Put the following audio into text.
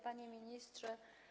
Panie Ministrze!